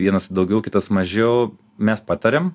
vienas daugiau kitas mažiau mes patariam